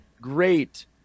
great